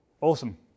Awesome